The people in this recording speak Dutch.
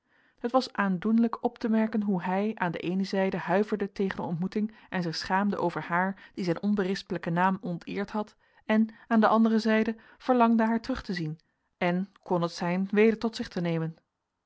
het was aandoenlijk op te merken hoe hij aan de eene zijde huiverde tegen de ontmoeting en zich schaamde over haar die zijn onberispelijken naam onteerd had en aan de andere zijde verlangde haar terug te zien en kon het zijn weder tot zich te nemen